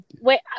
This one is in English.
Wait